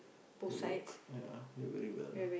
they work ya they very well